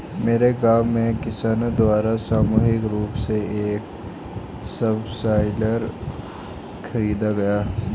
मेरे गांव में किसानो द्वारा सामूहिक रूप से एक सबसॉइलर खरीदा गया